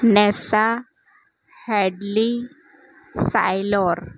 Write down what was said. Nessa Hadley Saylor